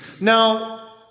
Now